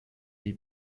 die